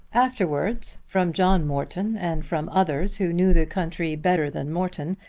afterwards, from john morton, and from others who knew the country better than morton,